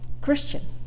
Christian